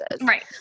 Right